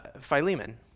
Philemon